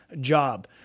job